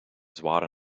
zware